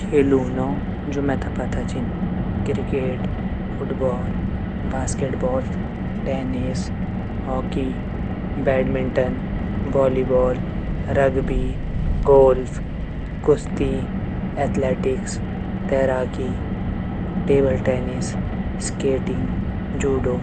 खेलूँ नौ जू मेता पता छीन cricket, football, basketball, tennis, hockey, badminton, volleyball, rugby, golf, कुश्ती, एथलेटिक्स, तेराकी, टेबल टेनिस, स्केटिंग, जूडो।